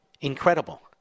incredible